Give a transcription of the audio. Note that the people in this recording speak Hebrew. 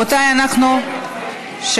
אנחנו מבקשים שמית, גברתי.